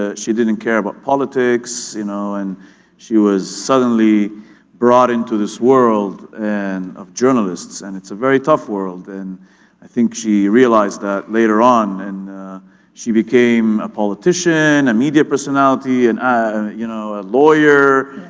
she didn't care about politics you know and she was suddenly brought into this world and of journalists, and it's a very tough world. and i think she realized that later on and she became a politician, a media personality, and a you know a lawyer.